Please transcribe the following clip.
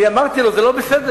אני אמרתי לו: זה לא בסדר,